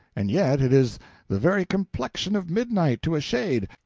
and yet it is the very complexion of midnight, to a shade.